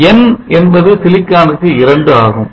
n என்பது silicon க்கு இரண்டு ஆகும்